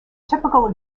typical